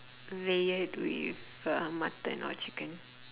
layered with uh mutton or chicken